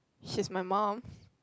she's my mum